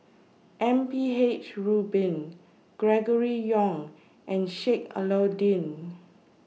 M P H Rubin Gregory Yong and Sheik Alau'ddin